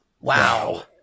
Wow